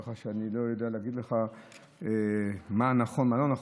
ככה שאני לא יודע להגיד לך מה נכון ומה לא נכון.